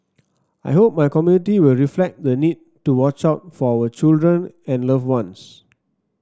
I hope my community will reflect the need to watch out for our children and loved ones